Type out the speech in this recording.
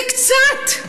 זה קצת.